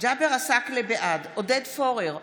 בעד עודד פורר,